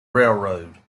railroad